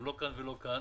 הם לא כאן והם לא כאן.